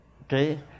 Okay